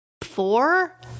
four